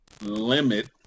limit